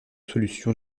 solution